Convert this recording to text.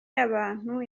yabantu